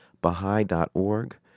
baha'i.org